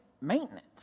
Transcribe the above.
maintenance